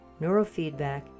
neurofeedback